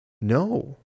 no